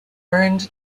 earned